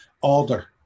Alder